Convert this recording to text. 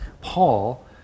Paul